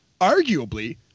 Arguably